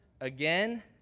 again